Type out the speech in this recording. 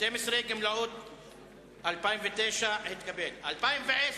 המועצה הלאומית לביטחון, שנת 2010,